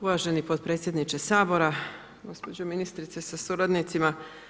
Uvaženi potpredsjedniče Sabora, gospođo ministrice sa suradnicima.